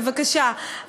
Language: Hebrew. בבקשה,